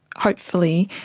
hopefully,